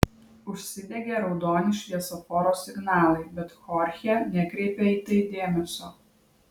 užsidegė raudoni šviesoforo signalai bet chorchė nekreipė į tai dėmesio